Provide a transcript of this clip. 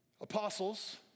Apostles